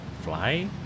fly